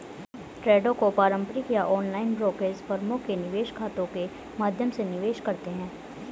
ट्रेडों को पारंपरिक या ऑनलाइन ब्रोकरेज फर्मों के निवेश खातों के माध्यम से निवेश करते है